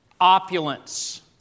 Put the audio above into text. opulence